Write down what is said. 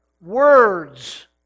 Words